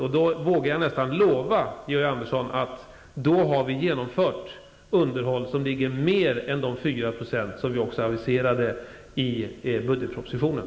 Jag vågar nästan lova Georg Andersson att vi vid den tidpunkten kommer att ha genomfört underhåll som motsvarar mer än de 4 % som vi aviserade i budgetpropositionen.